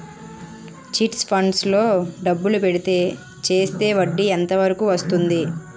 Chit funds లో డబ్బులు పెడితే చేస్తే వడ్డీ ఎంత వరకు వస్తుంది?